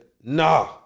nah